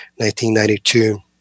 1992